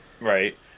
right